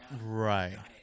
Right